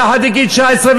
מתחת לגיל 19,